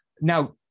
Now